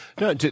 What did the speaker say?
No